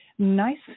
Nice